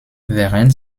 während